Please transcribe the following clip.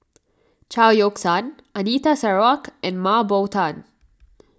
Chao Yoke San Anita Sarawak and Mah Bow Tan